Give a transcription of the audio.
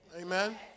Amen